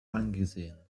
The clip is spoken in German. angesehen